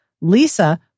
Lisa